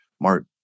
Mark